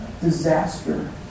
Disaster